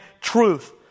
truth